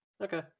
Okay